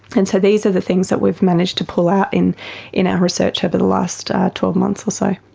and so these are the things that we've managed to pull out in in our research over the last twelve months or so.